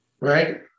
Right